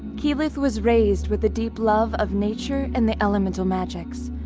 keyleth was raised with a deep love of nature and the elemental magics.